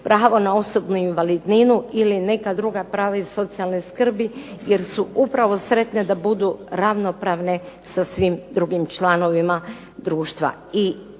pravo na osobnu invalidninu ili neka druga prava iz socijalne skrbi jer su upravo sretne da budu ravnopravne sa svim drugim članovima društva.